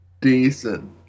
decent